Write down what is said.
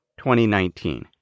2019